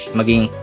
maging